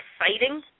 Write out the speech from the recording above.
exciting